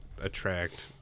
attract